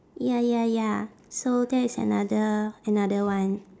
ya ya ya so that's another another one